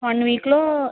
one వీక్లో